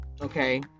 Okay